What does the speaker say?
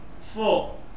four